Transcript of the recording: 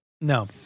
No